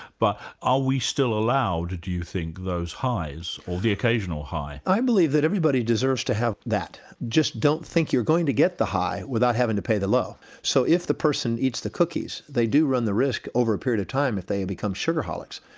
but are we still allowed, do you think, those highs, or the occasional high? i believe that everybody deserves to have that, just don't think you're going to get the high without having to pay the low. so if the person eats the cookies, they do run the risk over a period of time that they and become sugarholics,